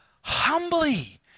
humbly